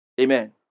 Amen